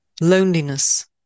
Loneliness